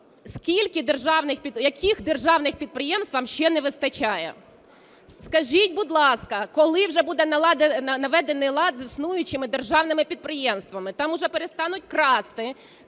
яких державних підприємств вам ще не вистачає? Скажіть, будь ласка, коли вже буде наведений лад з існуючими державними підприємствами, там уже перестануть красти,